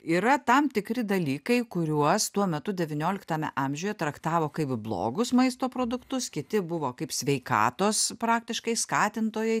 yra tam tikri dalykai kuriuos tuo metu devynioliktame amžiuje traktavo kaip blogus maisto produktus kiti buvo kaip sveikatos praktiškai skatintojai